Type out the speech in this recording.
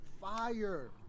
fire